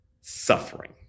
suffering